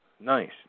Nice